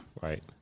Right